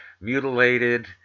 mutilated